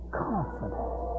confidence